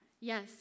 Yes